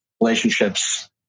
relationships